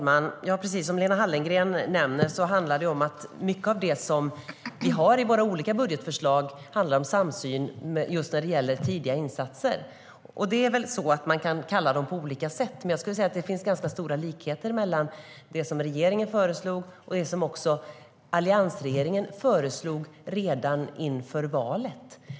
Herr talman! Precis som Lena Hallengren nämner har vi i mycket en samsyn i våra budgetförslag när det gäller tidiga insatser. Man kan väl kalla dem på olika sätt, men det finns ganska stora likheter mellan det som regeringen föreslog och det som alliansregeringen föreslog redan inför valet.